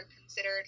considered